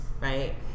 Right